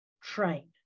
train